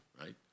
right